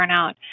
burnout